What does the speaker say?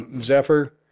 Zephyr